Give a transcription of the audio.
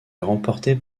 remportée